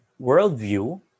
worldview